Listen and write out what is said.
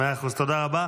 מאה אחוז, תודה רבה.